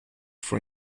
for